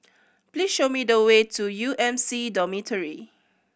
please show me the way to U M C Dormitory